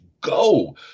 go